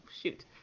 shoot